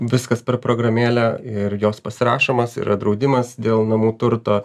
viskas per programėlę ir jos pasirašomas yra draudimas dėl namų turto